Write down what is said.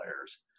players